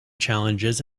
challenges